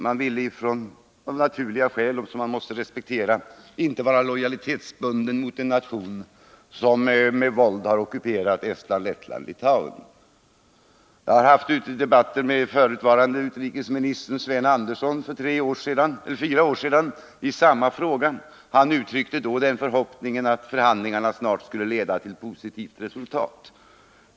Man ville av naturliga skäl, som måste respekteras, inte vara lojalitetsbunden till en nation som med våld har ockuperat Estland, Lettland och Litauen. Jag hade debatter med dåvarande utrikesministern Sven Andersson för fyra år sedan i samma fråga. Han uttryckte då förhoppningen att förhandlingarna snart skulle leda till positivt resultat.